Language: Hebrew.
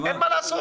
אין מה לעשות.